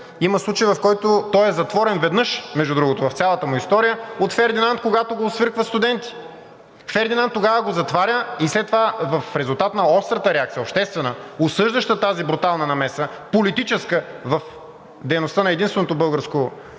Има случай, в който той е затворен веднъж, между другото, в цялата му история, от Фердинанд, когато го освиркват студенти. Фердинанд тогава го затваря и след това, в резултат на острата обществена реакция, осъждаща тази брутална политическа намеса в дейността на единственото българско